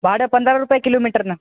भाडं पंधरा रुपये किलोमिटरनं